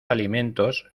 alimentos